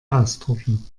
ausdrucken